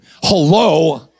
Hello